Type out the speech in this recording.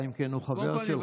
אלא אם כן הוא חבר שלך.